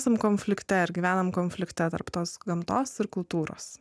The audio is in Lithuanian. esam konflikte ir gyvenam konflikte tarp tos gamtos ir kultūros